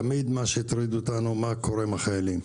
תמיד מה שהטריד אותנו הוא מה קורה עם החיילים.